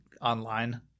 online